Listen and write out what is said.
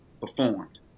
performed